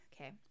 Okay